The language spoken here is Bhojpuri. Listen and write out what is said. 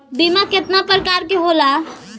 बीमा केतना प्रकार के होला?